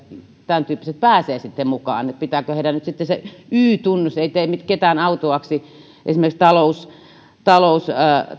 tämäntyyppiset pääsevät sitten mukaan pitääkö heidän nyt sitten se y tunnus ei tee ketään autuaaksi esimerkiksi